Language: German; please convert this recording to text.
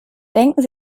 denken